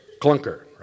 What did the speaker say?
clunker